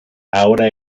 ahora